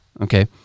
Okay